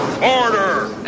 Order